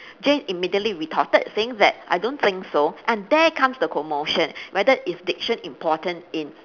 jay immediately retorted saying that I don't think so and there comes the commotion whether is diction important in